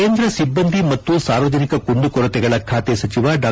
ಕೇಂದ್ರ ಸಿಬ್ಬಂದಿ ಮತ್ತು ಸಾರ್ವಜನಿಕ ಕುಂದುಕೊರತೆಗಳ ಖಾತೆ ಸಚಿವ ಡಾ